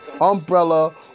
Umbrella